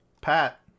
Pat